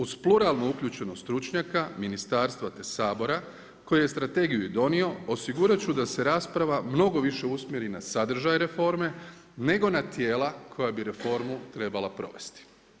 Uz pluralnu uključenost stručnjaka, ministarstva te Sabora koji je strategiju i donio, osigurat ću sa rasprava mnogo više usmjeri na sadržaj reforme nego na tijela koja bi reformu trebala provesti.